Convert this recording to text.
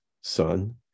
son